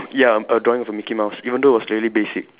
ya a drawing of a mickey mouse even though it was really basic